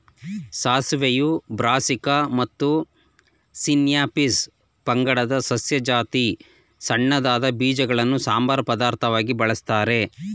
ಸಾಸಿವೆಯು Brassica ಮತ್ತು Sinapis ಪಂಗಡದ ಸಸ್ಯ ಜಾತಿ ಸಣ್ಣದಾದ ಬೀಜಗಳನ್ನು ಸಂಬಾರ ಪದಾರ್ಥವಾಗಿ ಬಳಸ್ತಾರೆ